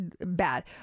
bad